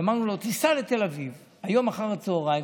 אמרנו לו: תיסע לתל אביב היום אחר הצוהריים,